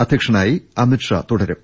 അധ്യക്ഷനായി അമിത്ഷാ തുടരും